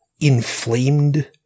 inflamed